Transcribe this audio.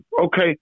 Okay